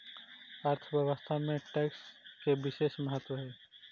अर्थव्यवस्था में टैक्स के बिसेस महत्व हई